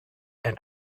and